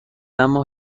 اما